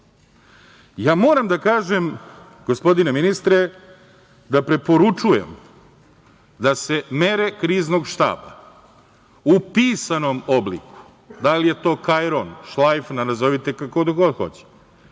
Moram da kažem, gospodine ministre, da preporučujem da se mere Kriznog štaba u pisanom obliku, da li je to kajron, šlajfna, nazovite kako god hoćete,